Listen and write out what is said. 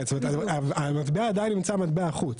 כן, זאת אומרת המטבע עדיין נמצא במטבע החוץ.